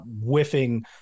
whiffing